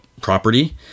property